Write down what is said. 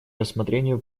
рассмотрению